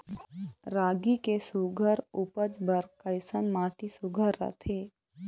रागी के सुघ्घर उपज बर कैसन माटी सुघ्घर रथे?